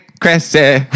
crazy